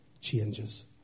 changes